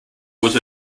was